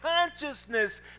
consciousness